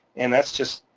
and that's just.